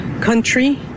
country